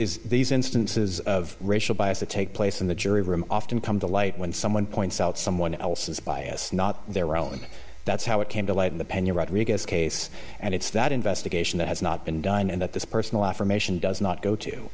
is these instances of racial bias that take place in the jury room often come to light when someone points out someone else's bias not their own and that's how it came to light in the pena rodriguez case and it's that investigation that has not been done and that this personal affirmation does not go to